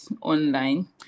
online